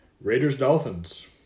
Raiders-Dolphins